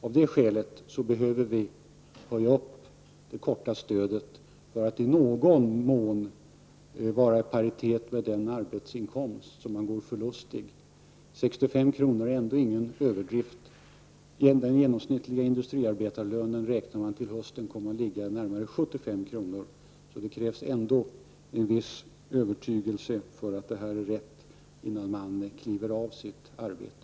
Av det skälet behövs det korta stödet för att i någon mån uppnå paritet med den arbetsinkomst som den studerande går förlustig. 65 kr. är inte någon överdrivet hög ersättning. Till hösten räknar man med att en genomsnittlig industriarbetarlön kommer att ligga på närmare 75 kr. Det krävs ändå en viss övertygelse att man har satsat rätt innan man lämnar sitt arbete.